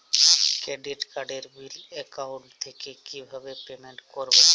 Credit কার্ডের bill account থেকে কিভাবে পেমেন্ট করবো?